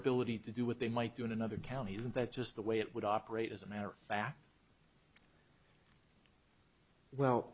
ability to do what they might do in another county isn't that just the way it would operate as a matter of fact well